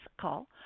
call